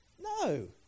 No